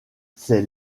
c’est